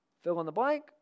fill-in-the-blank